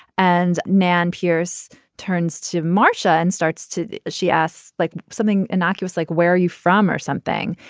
and man pearce turns to marcia and starts to. she asks like something innocuous like where are you from or something.